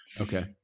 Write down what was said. Okay